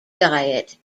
diet